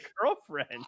girlfriend